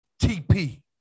TP